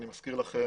אני מזכיר לכם,